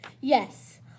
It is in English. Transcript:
yes